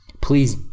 please